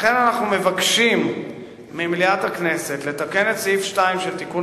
לכן אנחנו מבקשים ממליאת הכנסת לתקן את סעיף 2 של תיקון